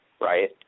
right